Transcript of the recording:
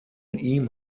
ihm